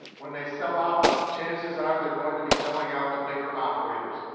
when they sell out, chances are they're going to be selling out to bigger operators.